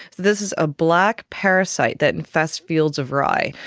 this is a black parasite that infests fields of rye,